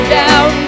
down